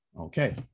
Okay